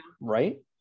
right